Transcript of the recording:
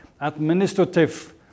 administrative